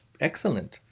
excellent